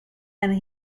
and